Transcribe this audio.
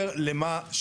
מחנה יהודה,